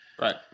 right